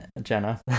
jenna